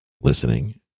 Listening